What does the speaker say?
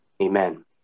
amen